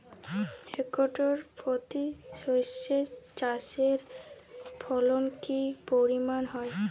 Hectare প্রতি সর্ষে চাষের ফলন কি পরিমাণ হয়?